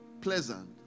Pleasant